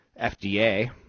FDA